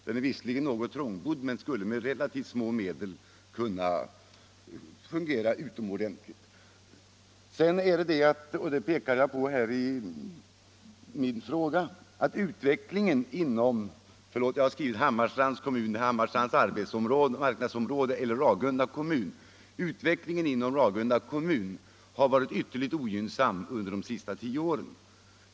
Den är visserligen något trångbodd men med relativt små medel skulle man kunna åstadkomma förbättringar så att den fungerade utomordentligt. I min fråga framhöll jag att utvecklingen inom, som jag har skrivit, Hammarstrands kommun =— det skall vara Hammarstrands arbetsmarknadsområde och Ragunda kommun -— har varit ytterligt ogynnsam under de senaste tio åren.